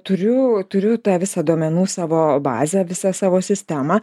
turiu turiu tą visą duomenų savo bazę visą savo sistemą